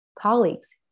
colleagues